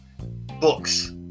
books